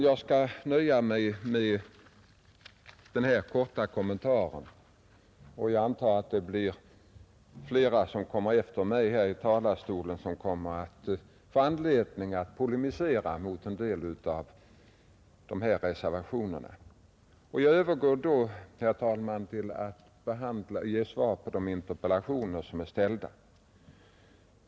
Jag skall nöja mig med denna korta kommentar; jag antar att flera som kommer efter mig i talarstolen får anledning att polemisera mot en del av reservationerna. Jag övergår då till att ge svar på de interpellationer som är ställda.